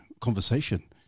conversation